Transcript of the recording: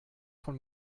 von